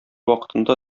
вакытында